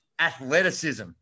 Athleticism